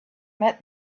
met